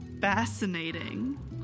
Fascinating